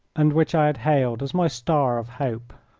and which i had hailed as my star of hope.